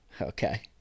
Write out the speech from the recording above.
Okay